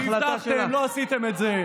הבטחתם ולא עשיתם את זה.